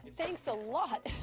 thanks a lot.